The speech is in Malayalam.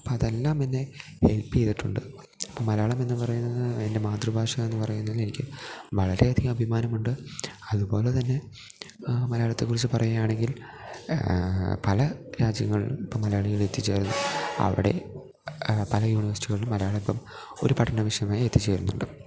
അപ്പം അതെല്ലാമെന്നെ ഹെൽപ്പ് ചെയ്തിട്ടുണ്ട് അപ്പം മലയാളമെന്ന് പറയുന്നത് എൻ്റെ മാതൃഭാഷ എന്ന് പറയുന്നതിൽ എനിക്ക് വളരെയധികം അഭിമാനമുണ്ട് അതുപോലെത്തന്നെ മലയാളത്തെക്കുറിച്ച് പറയുകയാണെങ്കിൽ പല രാജ്യങ്ങളിലും ഇപ്പം മലയാളികളെത്തിച്ചേർന്നു അവിടെ പല യൂണിവേഴ്സിറ്റികളിലും മലയാളമിപ്പം ഒരു പഠനവിഷയമായി എത്തിച്ചേരുന്നുണ്ട്